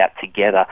together